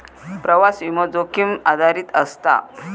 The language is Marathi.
प्रवास विमो, जोखीम आधारित असता